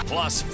Plus